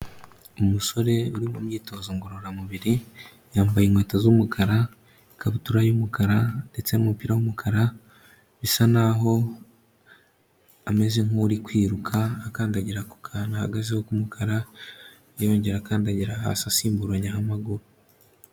Umusore uri mu myitozo ngororamubiri, yambaye inkweto z'umukara, ikabutura y'umukara ndetse n'umupira w'umukara bisa n'aho ameze nk'uri kwiruka akandagira ku kantu ahagazeho k'umukara, yongera akandagira hasi asimburanyaho amaguru.